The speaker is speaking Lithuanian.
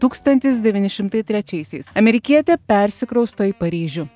tūkstantis devyni šimtai trečiaisiais amerikietė persikrausto į paryžių